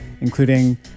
including